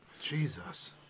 Jesus